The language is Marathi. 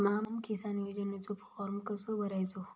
स्माम किसान योजनेचो फॉर्म कसो भरायचो?